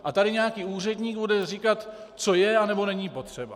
A tady nějaký úředník bude říkat, co je a nebo není potřeba.